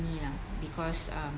money lah because um